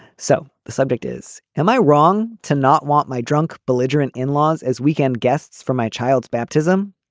so the subject is am i wrong to not want my drunk belligerent in-laws as weekend guests for my child's baptism